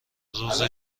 روز